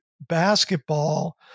basketball